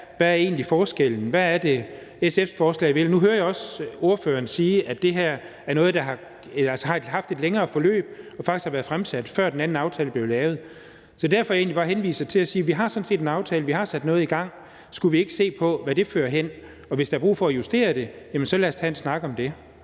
egentlig er. Hvad er det, SF vil med sit forslag? Nu hører jeg også ordføreren sige, at man har haft et længere forløb, og at det faktisk har været fremsat, før den anden aftale blev lavet, og det er egentlig bare derfor, jeg henviser til, at vi sådan set har en aftale, at vi har sat noget i gang, så skulle vi ikke se på, hvad det fører til? Og hvis der er brug for at justere det, så lad os tage en snak om det.